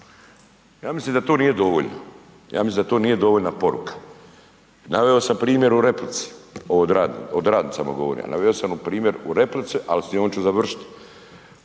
Ja mislim da to nije dovoljno, ja mislim da to nije dovoljna poruka. Naveo sam primjer u replici, o radnicama govorim, naveo sam primjer u replici, al s njom ću završtiti.